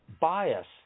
bias